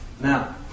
Now